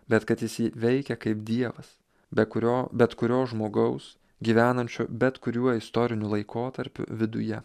bet kad jis veikia kaip dievas be kurio bet kurio žmogaus gyvenančio bet kuriuo istoriniu laikotarpiu viduje